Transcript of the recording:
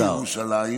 ירושלים